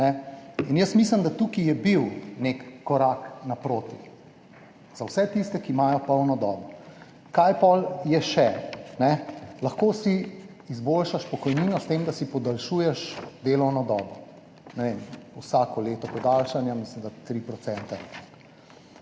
In jaz mislim, da tukaj je bil nek korak naproti za vse tiste, ki imajo polno dobo. Kaj je še potem? Lahko si izboljšaš pokojnino s tem, da si podaljšuješ delovno dobo. Ne vem, vsako leto podaljšanja, mislim, da 3 %.